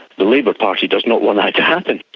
the labour party does not want to happen.